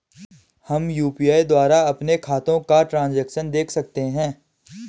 हम यु.पी.आई द्वारा अपने खातों का ट्रैन्ज़ैक्शन देख सकते हैं?